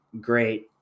great